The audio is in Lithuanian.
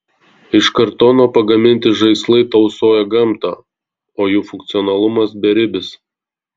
iš kartono pagaminti žaislai tausoja gamtą o jų funkcionalumas beribis